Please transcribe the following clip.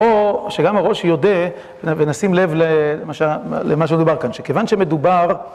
או שגם הראש יודה, ונשים לב למה שמדובר כאן, שכיוון שמדובר,